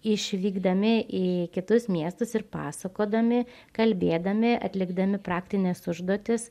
išvykdami į kitus miestus ir pasakodami kalbėdami atlikdami praktines užduotis